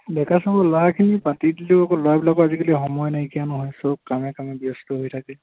ডেকা চামৰ ল'ৰাখিনি পাতি দিলেও আকৌ ল'ৰাবিলাকৰ আজিকালি সময় নাইকিয়া নহয় চব কামে কামে ব্যস্ত হৈ থাকে